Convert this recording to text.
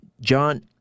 John